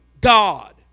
God